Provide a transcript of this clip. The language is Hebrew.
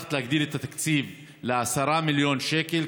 הבטחת להגדיל את התקציב ל-10 מיליון שקל,